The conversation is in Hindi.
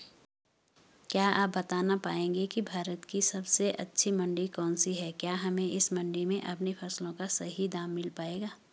क्या आप बताना पाएंगे कि भारत की सबसे अच्छी मंडी कौन सी है क्या हमें इस मंडी में अपनी फसलों का सही दाम मिल पायेगा?